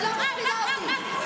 את לא מפחידה אותי.